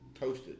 toasted